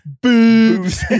Boobs